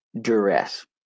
duress